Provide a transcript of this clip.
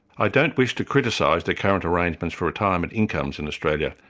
i don't wish to criticise the current arrangements for retirement incomes in australia,